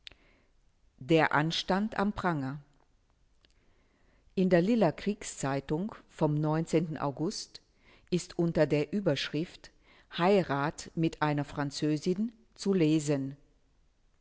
der anstand am pranger in der liller kriegszeitung vom august ist unter der überschrift heirat mit einer französin zu lesen